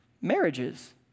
Marriages